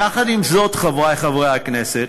יחד עם זאת, חברי חברי הכנסת,